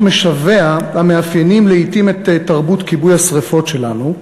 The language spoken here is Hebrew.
משווע המאפיינים לעתים את תרבות כיבוי השרפות שלנו,